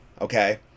okay